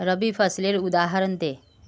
रवि फसलेर उदहारण दे?